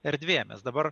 erdvė mes dabar